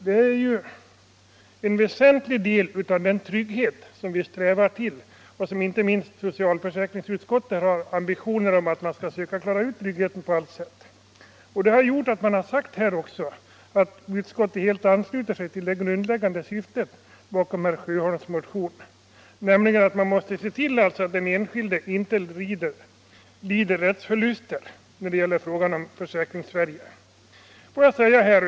Det är ju en väsentlig del av den trygghet som vi strävar till och som inte minst socialförsäkringsutskottet har ambitionen att klara ut. Utskottet har också uttalat att det helt ansluter sig till det grundläggande syftet bakom herr Sjöholms motion, nämligen att man måste se till att den enskilde inte lider rättsförluster i frågor som hör hemma i Socialförsäkringssverige.